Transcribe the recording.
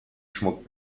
schmuck